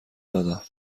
دادم